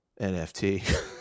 nft